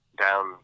down